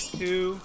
two